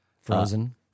frozen